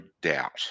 doubt